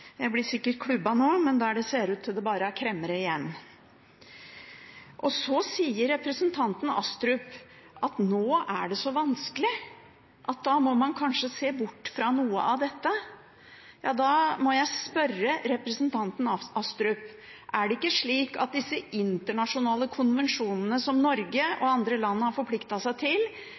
Jeg blir sikkert klubbet nå, men det ser ut til bare å være kremmere igjen. Så sier representanten Astrup at nå er det så vanskelig at da må man kanskje se bort fra noe av dette. Ja, da må jeg spørre representanten Astrup: Er det ikke slik at disse internasjonale konvensjonene som Norge og andre land har forpliktet seg til,